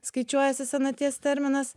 skaičiuojasi senaties terminas